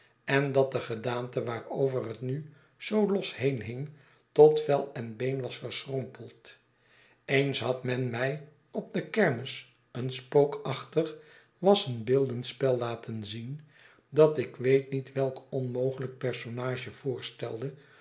en dat de gedaante waarover het nu zoo los heen hing tot vel en been was verschrompeld eens had men mij op de kermis een spookachtig wassenbeeldenspel laten zien dat ik weet niet welk onmogelijk personage voorstelde